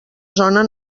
zona